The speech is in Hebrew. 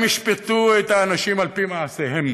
הם ישפטו את האנשים על פי מעשיהם,